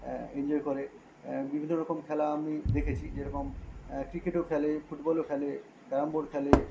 হ্যাঁ এনজয় করে বিভিন্ন রকম খেলা আমি দেখেছি যেরকম ক্রিকেটও খেলে ফুটবলও খেলে ক্যারাম বোর্ড খেলে